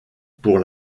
pour